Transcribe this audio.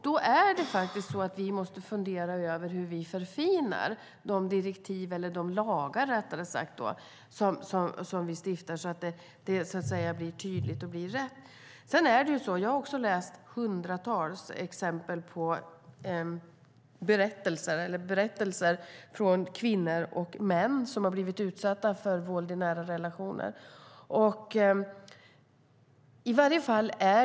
Då måste vi fundera över hur vi kan förfina de lagar som vi stiftar, så att det blir tydligt vad som gäller. Jag har tagit del av hundratals fall om kvinnor eller män som har blivit utsatta för våld i nära relationer.